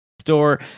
store